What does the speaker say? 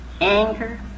anger